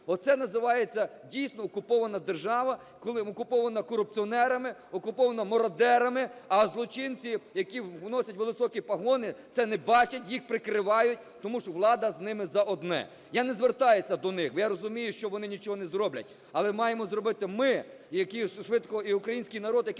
оце називається, дійсно, окупована держава, коли окупована корупціонерами, окупована мародерами, а злочинці, які носять високі погони, це не бачать, їх прикривають, тому що влада з ними за одне. Я не звертаюся до них, бо я розумію, що вони нічого не зроблять, але маємо зробити ми, які швидко… і український народ,